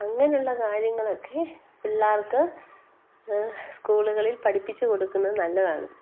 അങ്ങനെയുള്ള കാര്യങ്ങളൊക്കെ പിള്ളേർക്ക് സ്കൂളുകളിൽ പഠിപ്പിച്ചു കൊടുക്കുന്നത് നല്ലതാണ്